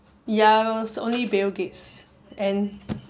ya it's only bill gates and